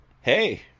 Hey